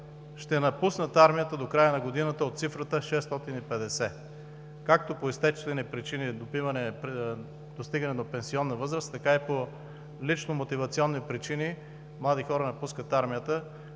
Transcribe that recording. ще напуснат армията до края на годината от цифрата 650 както по естествени причини – достигане на пенсионна възраст, така и по лични мотивационни причини. Млади хора напускат армията,